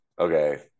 okay